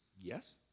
Yes